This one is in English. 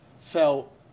felt